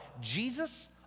Jesus